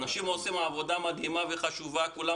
אנשים עושים עבודה מדהימה וחשובה וכולם